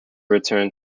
return